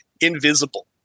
invisible